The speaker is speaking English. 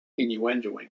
innuendoing